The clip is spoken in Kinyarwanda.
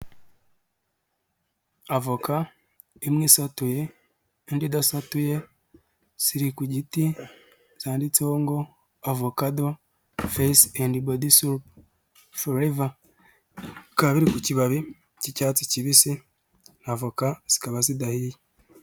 Avoka imwe isatuye, indi idasatuye ziri ku giti cyanditse hongo avokado fase endi bodi sopo foreva bikaba biri uibabi cy'icyatsi kibisi n'avoka zikaba zidahiye.